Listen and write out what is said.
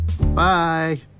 Bye